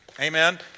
Amen